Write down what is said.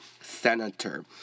Senator